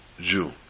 Jew